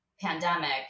pandemic